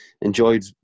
enjoyed